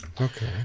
Okay